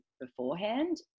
beforehand